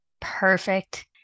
Perfect